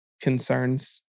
concerns